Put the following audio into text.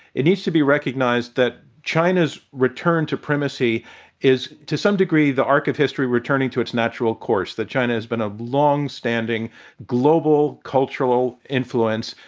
it needs to be recognized that china's return to primacy is, to some degree, the arc of history returning to its natural course, that china has been a longstanding global cultural influence.